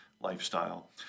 lifestyle